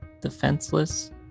defenseless